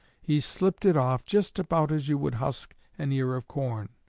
he slipped it off just about as you would husk an ear of corn.